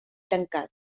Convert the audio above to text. tancat